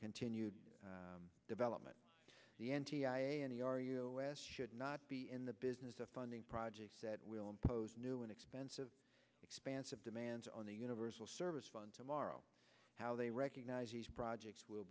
continued development the n t i a and the our us should not be in the business of funding projects that will impose new and expensive expansive demands on the universal service fund tomorrow how they recognize these projects will